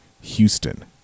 Houston